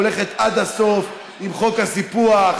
והולכת עד הסוף עם חוק הסיפוח,